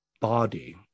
body